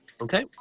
Okay